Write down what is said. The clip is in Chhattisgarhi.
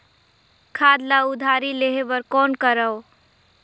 खाद ल उधारी लेहे बर कौन करव?